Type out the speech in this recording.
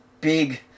big